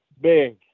Big